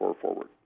forward